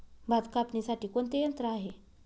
भात कापणीसाठी कोणते यंत्र आहे?